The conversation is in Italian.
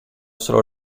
solo